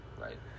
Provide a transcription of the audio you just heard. right